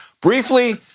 briefly